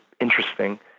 interesting